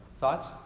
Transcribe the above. Thoughts